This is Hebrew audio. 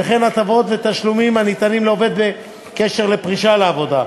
וכן הטבות ותשלומים הניתנים לעובד בקשר לפרישה מעבודה.